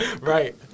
Right